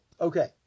Okay